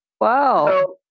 Wow